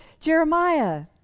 Jeremiah